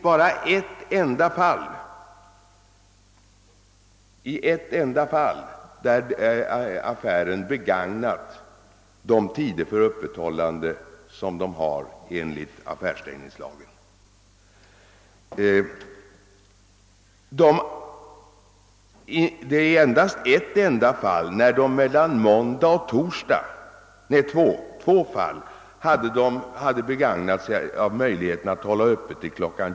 Bara i ett enda fall har affären begagnat sig av de möjligheter till öppethållande som den har enligt affärstidslagen. Endast i två fall har man begagnat sig av möjligheten att hålla öppet till kl.